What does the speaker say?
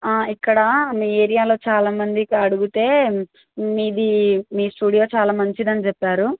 ఇక్కడ మీ ఏరియాలో చాలామంది అడిగితే మీది మీ స్టూడియో చాలా మంచిదని చెప్పారు